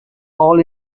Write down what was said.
all